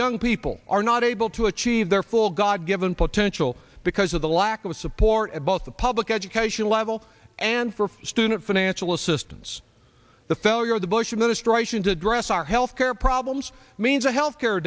young people are not able to achieve their full god given potential because of the lack of support of both the public education level and for student financial assistance the failure of the bush administration to address our healthcare problems means a health care